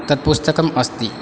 तत्पुस्तकम् अस्ति